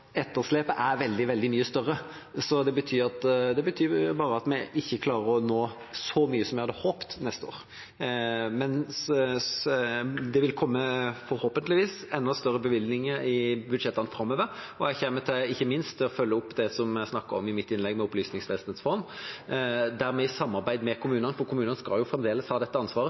det betyr bare at vi ikke klarer å nå så mye som vi hadde håpet neste år. Men det vil forhåpentligvis komme enda større bevilgninger i budsjettene framover. Jeg kommer ikke minst til å følge opp det jeg snakket om i mitt innlegg, om Opplysningsvesenets fond, i samarbeid med kommunene, for kommunene skal fremdeles ha dette ansvaret,